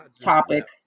topic